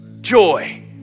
Joy